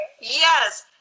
Yes